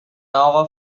اقا